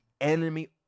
enemy